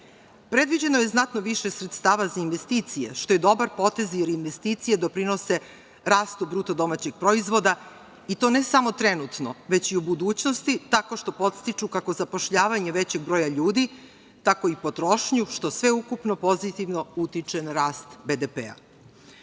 Predviđeno je znatno više sredstava za investicije što je dobra potez, jer investicije doprinose rastu BDP i to ne samo trenutno već i u budućnosti tako što podstiču kako zapošljavanje većeg broja ljudi, tako i potrošnju što sve ukupno pozitivno utiče na rast BDP.U